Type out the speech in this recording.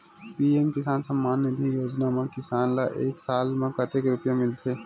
PM Kisan Samman Nidhi Yojana म किसान ल एक साल म कतेक रुपिया मिलथे?